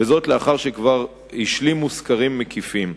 וזאת לאחר שכבר השלימו סקרים מקיפים.